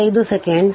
5 second